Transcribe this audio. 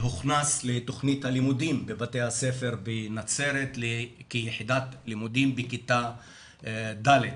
שהוכנס לתוכנית הלימודים בבתי הספר לנצרת כיחידת לימודים בכיתה ד'.